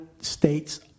States